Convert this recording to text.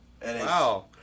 Wow